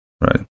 right